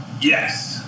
Yes